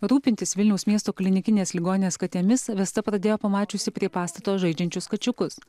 rūpintis vilniaus miesto klinikinės ligoninės katėmis vesta pradėjo pamačiusi prie pastato žaidžiančius kačiukus